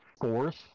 force